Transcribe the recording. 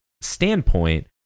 standpoint